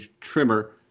trimmer